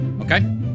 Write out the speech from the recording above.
okay